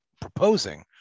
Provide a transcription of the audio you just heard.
proposing